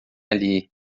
ali